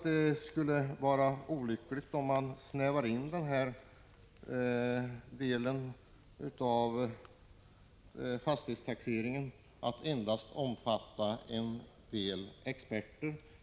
Det skulle vara olyckligt om man snävade in på denna del av fastighetstaxeringen till att handhas endast av en del experter.